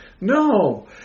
No